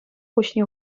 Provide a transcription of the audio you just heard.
куҫне